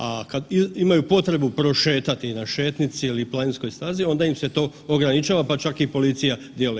A kad imaju potrebu prošetati na šetnici ili planinskoj stazi onda im se to ograničava, pa čak i policija djeluje.